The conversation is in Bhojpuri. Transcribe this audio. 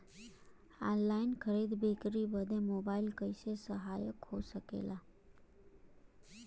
ऑनलाइन खरीद बिक्री बदे मोबाइल कइसे सहायक हो सकेला?